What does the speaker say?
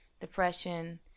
depression